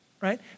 right